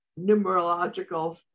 numerological